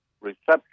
reception